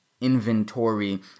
inventory